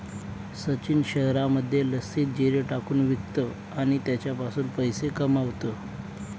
सचिन शहरामध्ये लस्सीत जिरे टाकून विकतो आणि त्याच्यापासून पैसे कमावतो